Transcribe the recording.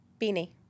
beanie